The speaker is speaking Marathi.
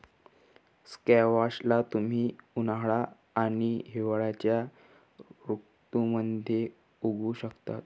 स्क्वॅश ला तुम्ही उन्हाळा आणि हिवाळ्याच्या ऋतूमध्ये उगवु शकता